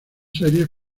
series